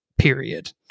period